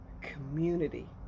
community